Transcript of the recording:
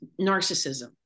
narcissism